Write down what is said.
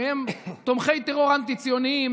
ובהם תומכי טרור אנטי-ציונים,